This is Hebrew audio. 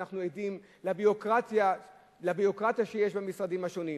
ואנחנו עדים לביורוקרטיה שיש במשרדים השונים.